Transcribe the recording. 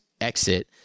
exit